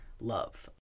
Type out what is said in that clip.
love